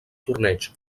torneig